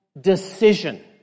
decision